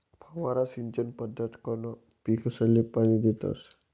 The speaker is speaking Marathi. फवारा सिंचन पद्धतकंन पीकसले पाणी देतस